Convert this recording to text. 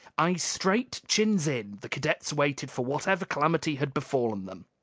eyes straight, chins in, the cadets waited for whatever calamity had befallen them.